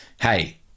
Hey